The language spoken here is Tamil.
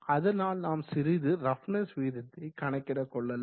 அதனால் நாம் சிறிது ரஃப்னஸ் விகிதத்தை கணக்கிட கொள்ளலாம்